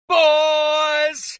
boys